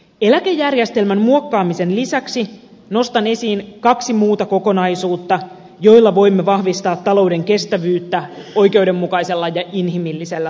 eläkejärjestelmän muokkaamisen lisäksi nostan esiin kaksi muuta kokonaisuutta joilla voimme vahvistaa talouden kestävyyttä oikeudenmukaisella ja inhimillisellä tavalla